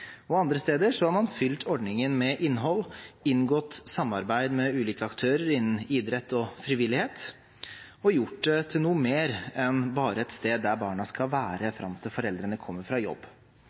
andre steder har man fylt ordningen med innhold, inngått samarbeid med ulike aktører innen idrett og frivillighet og gjort det til noe mer enn bare et sted der barna skal være fram til foreldrene kommer fra jobb.